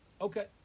Okay